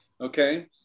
okay